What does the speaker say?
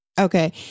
Okay